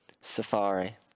safari